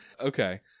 Okay